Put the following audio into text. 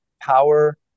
power